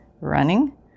running